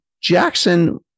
Jackson